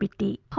the